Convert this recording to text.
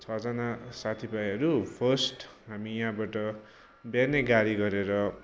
छजना साथी भाइहरू फस्ट हामी यहाँबाट बिहानै गाडी गरेर